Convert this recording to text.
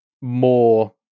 more